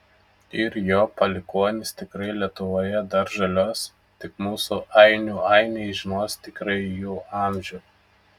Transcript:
ir jo palikuonys tikrai lietuvoje dar žaliuos tik mūsų ainių ainiai žinos tikrąjį jų amžių